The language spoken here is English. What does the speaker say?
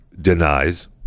denies